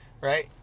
right